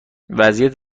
وضعیت